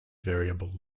variable